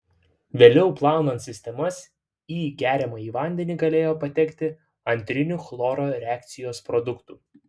vėliau plaunant sistemas į geriamąjį vandenį galėjo patekti antrinių chloro reakcijos produktų